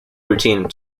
routine